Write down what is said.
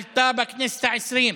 עלתה בכנסת העשרים,